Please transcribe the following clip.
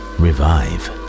revive